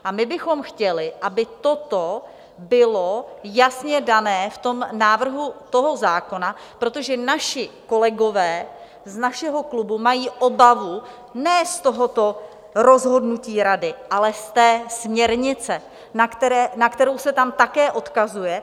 A my bychom chtěli, aby toto bylo jasně dané v tom návrhu toho zákona, protože naši kolegové z našeho klubu mají obavu ne z tohoto rozhodnutí Rady, ale z té směrnice, na kterou se tam také odkazuje.